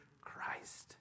Christ